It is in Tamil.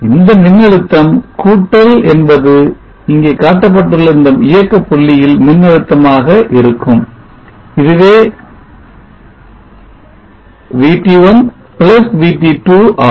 இந்த மின்னழுத்தம் கூட்டல் என்பது இங்கே காட்டப்பட்டுள்ள இந்த இயக்க புள்ளியில் மின்னழுத்தமாக இருக்கும் இதுவே VT1VT2 ஆகும்